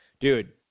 dude